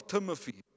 Timothy